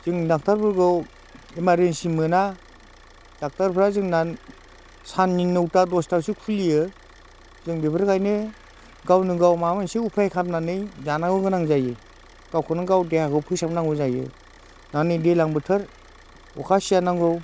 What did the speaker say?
जों डक्ट'रफोरखौ इमारजेन्सि मोना डक्ट'रफ्रा जोंना साननि नौता दसतायावसो खुलियो जों बेफोरखायनो गावनो गाव माबा मोनसे उफाय खालामनानै जानांगौ गोनां जायो गावखौनो गाव देहाखौ फोसाबनांगौ जायो दा नै दैज्लां बोथोर अखा सिजानांगौ